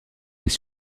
les